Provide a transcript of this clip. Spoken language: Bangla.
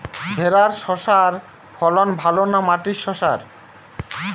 ভেরার শশার ফলন ভালো না মাটির শশার?